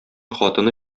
хатыны